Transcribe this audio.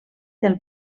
del